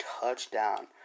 touchdown